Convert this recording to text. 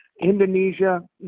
Indonesia